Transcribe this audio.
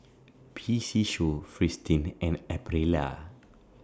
P C Show Fristine and Aprilia